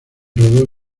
rodó